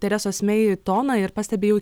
teresos mei toną ir pastebi jau